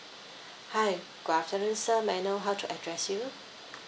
hi good afternoon sir may I know how to address you